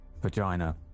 Vagina